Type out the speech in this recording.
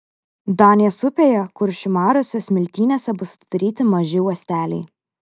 danės upėje kuršių mariose smiltynėse bus atidaryti maži uosteliai